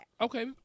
Okay